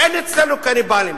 אין אצלנו קניבלים.